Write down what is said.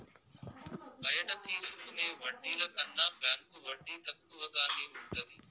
బయట తీసుకునే వడ్డీల కన్నా బ్యాంకు వడ్డీ తక్కువగానే ఉంటది